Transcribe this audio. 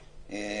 7א(א),